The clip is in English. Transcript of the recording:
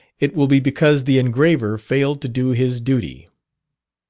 it will be because the engraver failed to do his duty.